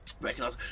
recognize